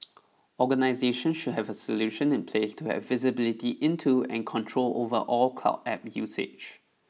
organisations should have a solution in place to have visibility into and control over all cloud App usage